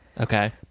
okay